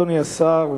אדוני השר,